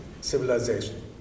civilization